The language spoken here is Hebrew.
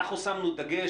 אנחנו שמנו דגש,